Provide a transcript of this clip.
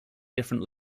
different